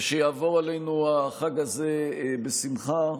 ושיעבור עלינו החג הזה בשמחה,